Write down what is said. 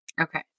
Okay